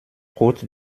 route